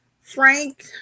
Frank